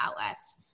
outlets